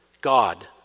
God